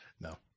No